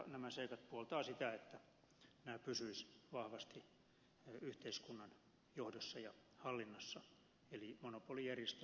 nämä seikat puoltavat sitä että rahapelit pysyisivät vahvasti yhteiskunnan johdossa ja hallinnassa eli monopolijärjestelmän puolesta olen tässä omassa puheenvuorossani puhunut